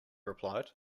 replied